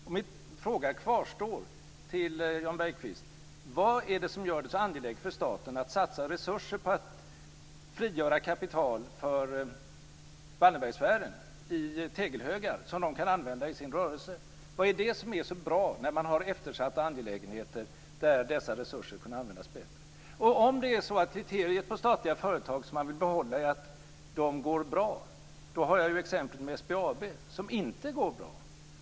Min undring kvarstår: Jan Bergqvist, vad är det som gör det så angeläget för staten att satsa resurser på att frigöra kapital för Wallenbergsfären i tegelhögar som de kan använda i sin rörelse? Vad är det som är så bra när man har eftersatta angelägenheter där dessa resurser kunde användas bättre? Om det är så att kriteriet för statliga företag som man vill behålla är att de går bra kan jag anföra exemplet SBAB, som inte går bra.